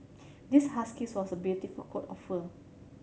this husky has a beautiful coat of fur